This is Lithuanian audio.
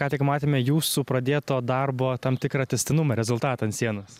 ką tik matėme jūsų pradėto darbo tam tikrą tęstinumą rezultatą ant sienos